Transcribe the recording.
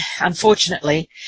Unfortunately